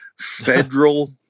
federal